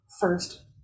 first